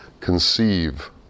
conceive